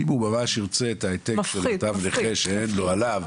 אם הוא ממש ירצה את ההעתק של תו הנכה שאין לו עליו.